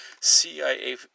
CIA